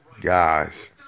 Guys